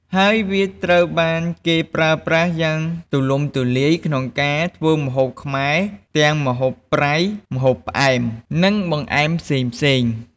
ហើយវាត្រូវបានគេប្រើប្រាស់យ៉ាងទូលំទូលាយក្នុងការធ្វើម្ហូបខ្មែរ ទាំងម្ហូបប្រៃ ម្ហូបផ្អែម និងបង្អែមផ្សេងៗ។